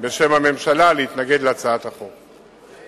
בשם הממשלה, להתנגד להצעת החוק.